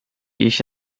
ich